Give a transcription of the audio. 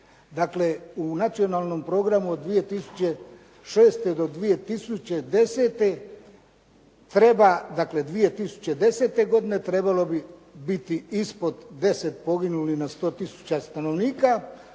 Dakle, u Nacionalnom programu 2006.-2010. treba, dakle 2010. godine trebalo bi biti ispod 10 poginulih na 100 tisuća stanovnika,